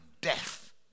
death